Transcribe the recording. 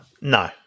No